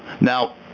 Now